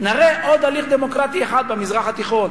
נראה עוד הליך דמוקרטי אחד במזרח התיכון.